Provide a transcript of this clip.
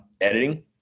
editing